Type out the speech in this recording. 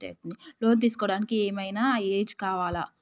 Loan తీస్కోవడానికి ఏం ఐనా ఏజ్ కావాలా?